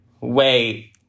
Wait